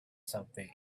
subway